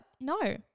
No